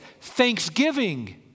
thanksgiving